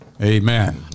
Amen